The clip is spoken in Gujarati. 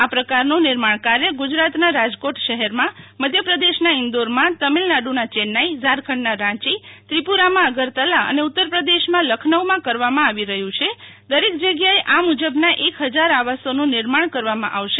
આ પ્રકારનું નિર્માણ કાર્ય ગુજરાતના રાજકોટ શહેરમાં મધ્યપ્રદેશના ઈન્દોરમાં તમિલનાડુના ચેન્નાઈ ઝારખંડના રાંચી ત્રિપુરામાં અગરતલા અને ઉત્તર પ્રદેશમાં લખનૌમાં કરવામાં આવી રહ્યું છે દરેક જગ્યાએ આ મુજબના એક હજાર આવાસોનું નિર્માણ કરવામાં આવશે